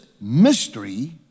mystery